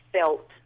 felt